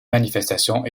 manifestation